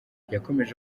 yakomeje